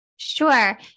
Sure